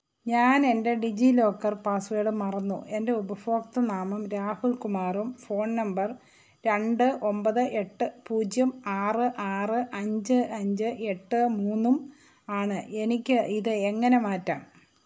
ഞാൻ എൻ്റെ DigiLocker password മറന്നു എന്റെ ഉപഭോക്ത് നാമം രാഹുൽ കുമാറും ഫോൺ നമ്പർ രണ്ട് ഒൻപത് എട്ട് പൂജ്യം ആറ് ആറ് അഞ്ച് അഞ്ച് എട്ട് മൂന്നും ആണ് എനിക്ക് ഇത് എങ്ങനെ മാറ്റാം